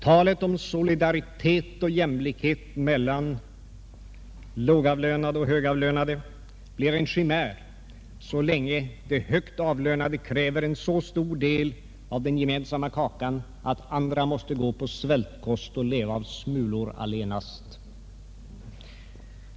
Talet om solidaritet och jämlikhet mellan lågavlönade och högavlönade blir en chimär så länge de högt avlönade kräver så stor del av den gemensamma kakan att andra måste gå på svältkost och leva på smulor allenast.